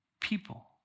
people